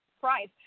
Price